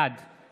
בעד